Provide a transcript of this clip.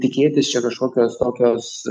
tikėtis čia kažkokios tokios